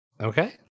Okay